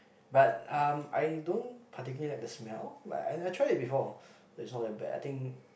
but um I don't particularly like the smell like and I tried it before but it's not that bad I think